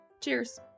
Cheers